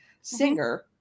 singer